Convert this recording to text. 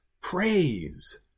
praise